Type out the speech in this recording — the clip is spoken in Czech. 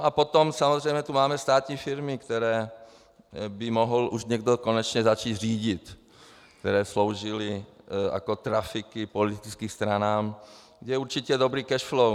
A potom samozřejmě tu máme státní firmy, které by mohl už někdo konečně začít řídit, které sloužily jako trafiky politickým stranám, kde je určitě dobré cash flow.